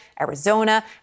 Arizona